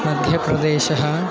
मध्यप्रदेशः